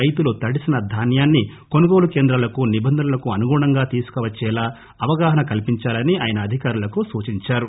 రైతులు తడిసిన ధాన్సాన్ని కొనుగోలు కేంద్రాలకు నిబంధనలకు అనుగుణంగా తీసుకువచ్చేలా అవగాహన కల్పించాలని ఆయన అధికారులకు సూచించారు